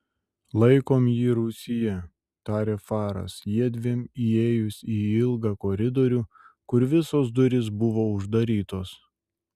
laikom jį rūsyje tarė faras jiedviem įėjus į ilgą koridorių kur visos durys buvo uždarytos